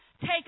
take